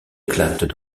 éclatent